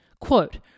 Quote